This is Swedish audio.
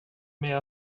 med